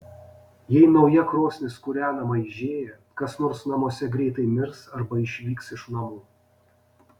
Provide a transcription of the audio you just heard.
jei nauja krosnis kūrenama aižėja kas nors namuose greitai mirs arba išvyks iš namų